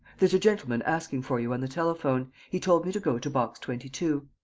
there's a gentleman asking for you on the telephone. he told me to go to box twenty two.